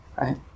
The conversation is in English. Right